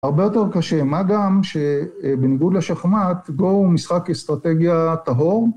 הרבה יותר קשה, מה גם שבניגוד לשחמט, גו הוא משחק אסטרטגיה טהור